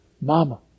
Mama